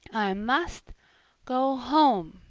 i must go home,